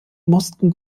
mussten